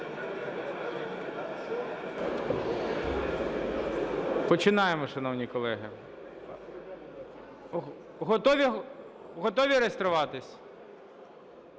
Починаємо, шановні колеги. Готові реєструватись?